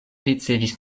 ricevis